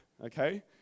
okay